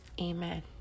Amen